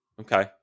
Okay